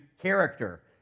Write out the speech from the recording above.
character